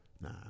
Nah